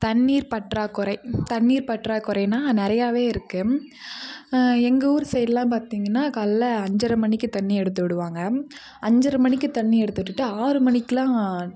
தண்ணீர் பற்றாக்குறை தண்ணீர் பற்றாக்குறைன்னா நிறையாவே இருக்கு எங்கள் ஊர் சைடுலாம் பார்த்திங்கன்னா காலைல அஞ்சரை மணிக்கு தண்ணி எடுத்து விடுவாங்க அஞ்சரை மணிக்கு தண்ணி எடுத்து விட்டுவிட்டு ஆறுமணிக்கெல்லாம்